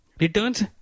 returns